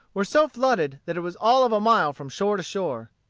were so flooded that it was all of a mile from shore to shore.